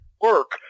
work –